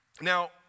Now